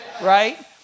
Right